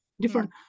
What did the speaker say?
different